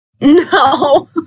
No